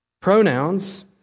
pronouns